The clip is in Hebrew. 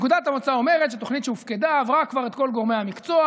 נקודת המוצא אומרת שתוכנית שהופקדה עברה כבר את כל גורמי המקצוע,